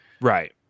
right